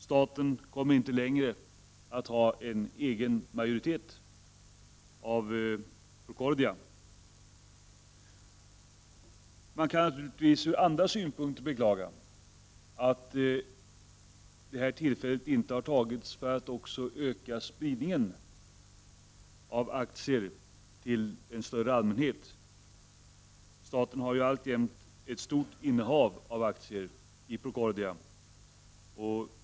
Staten kommer inte längre att ha en egen aktiemajoritet i Procordia. Från andra synpunkter kan man naturligtvis beklaga att det inte i samband med detta togs tillfälle till att också öka spridningen av aktier till en större allmänhet. Staten har ju alltjämt ett stort innehav av aktier i Procordia.